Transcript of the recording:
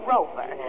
Rover